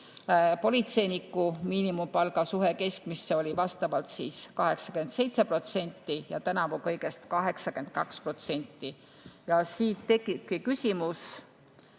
Politseiniku miinimumpalga suhe keskmisesse oli vastavalt 87% ja tänavu on kõigest 82%. Siit tekibki küsimus,